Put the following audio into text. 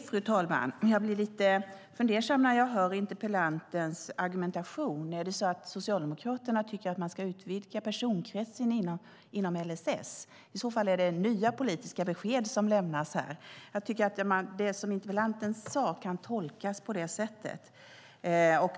Fru talman! Jag blir lite fundersam när jag hör interpellantens argumentation. Han sade att Socialdemokraterna tycker att man ska utvidga personkretsen inom LSS. Det är i så fall nya politiska besked som lämnas här, för jag tycker att det som interpellanten sade kan tolkas på det sättet.